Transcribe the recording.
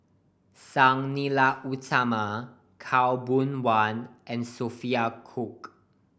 Sang Nila Utama Khaw Boon Wan and Sophia Cooke